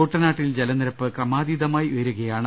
കുട്ടനാട്ടിൽ ജലനിരപ്പ് ക്രമാതീതമായി ഉയരുകയാണ്